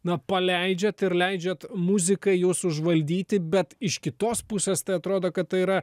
na paleidžiat ir leidžiat muzikai jus užvaldyti bet iš kitos pusės tai atrodo kad tai yra